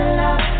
love